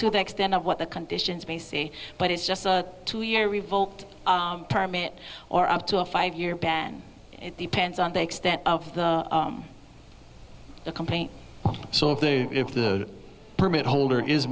to the extent of what the conditions may see but it's just a two year revolt permit or up to a five year ban it depends on the extent of the a complaint so if they if the permit holder is